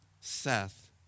Seth